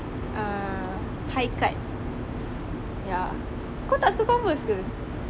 ah high cut ya kau tak suka Converse ke